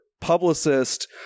publicist